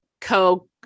co